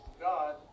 God